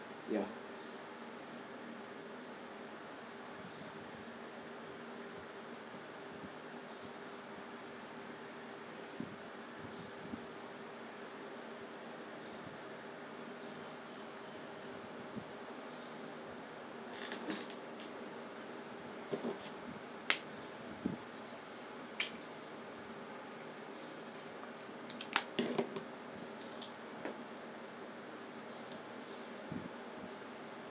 ya